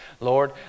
Lord